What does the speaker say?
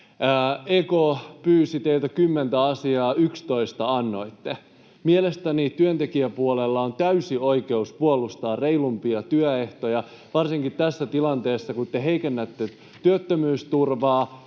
EK pyysi teitä kymmentä asiaa, yksitoista annoitte. Mielestäni työntekijäpuolella on täysi oikeus puolustaa reilumpia työehtoja varsinkin tässä tilanteessa, kun te heikennätte työttömyysturvaa,